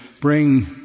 bring